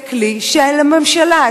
זה כלי של הממשלה,